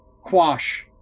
quash